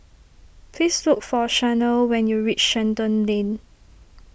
please look for Shanell when you reach Shenton Lane